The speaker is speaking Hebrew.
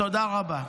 תודה רבה.